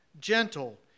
gentle